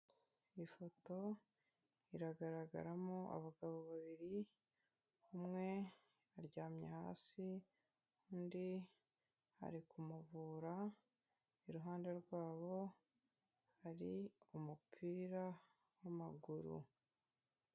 Ifoto iragaragaramo abagabo babiri umwe aryamye hasi, undi ari kumuvura, iruhande rwabo hari umupira w'amaguru.